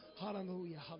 hallelujah